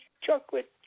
chocolate